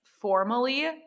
formally